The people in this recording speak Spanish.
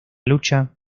lucha